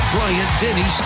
Bryant-Denny